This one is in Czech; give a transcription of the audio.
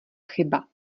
chyba